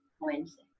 Wednesday